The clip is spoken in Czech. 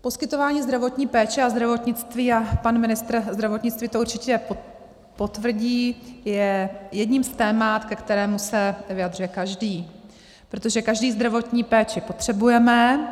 Poskytování zdravotní péče a zdravotnictví, a pan ministr zdravotnictví to určitě potvrdí, je jedním z témat, ke kterému se vyjadřuje každý, protože každý zdravotní péči potřebujeme.